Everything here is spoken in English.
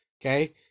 Okay